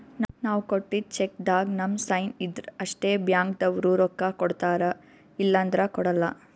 ನಾವ್ ಕೊಟ್ಟಿದ್ದ್ ಚೆಕ್ಕ್ದಾಗ್ ನಮ್ ಸೈನ್ ಇದ್ರ್ ಅಷ್ಟೇ ಬ್ಯಾಂಕ್ದವ್ರು ರೊಕ್ಕಾ ಕೊಡ್ತಾರ ಇಲ್ಲಂದ್ರ ಕೊಡಲ್ಲ